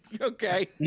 Okay